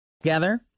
Together